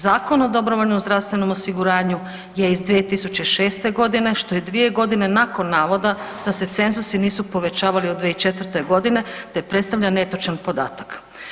Zakon o dobrovoljnom zdravstvenom osiguranju je iz 2006. godine što je dvije godine nakon navoda da se cenzusi nisu povećavali od 2004. godine te predstavlja netočan podatak.